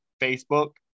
Facebook